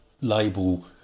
label